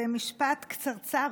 במשפט קצרצר,